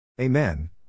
Amen